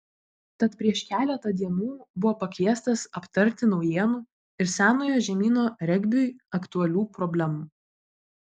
tad prieš keletą dienų buvo pakviestas aptarti naujienų ir senojo žemyno regbiui aktualių problemų